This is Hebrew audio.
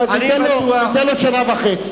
ניתן לו שנה וחצי.